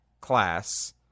class